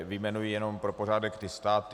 Vyjmenuji jenom pro pořádek státy.